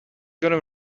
gonna